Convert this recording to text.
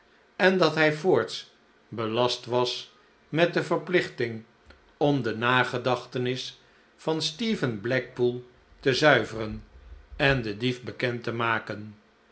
en dat hij voorts belast was met de verplichting om de nagedachtenis van stephen blackpool te zuiveren en den dief bekend te maken